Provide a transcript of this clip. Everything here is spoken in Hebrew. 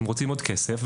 הם רוצים עוד כסף,